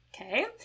okay